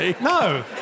No